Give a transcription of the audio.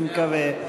אני מקווה.